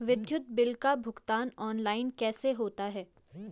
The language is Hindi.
विद्युत बिल का भुगतान ऑनलाइन कैसे होता है?